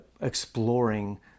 exploring